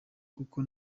kuko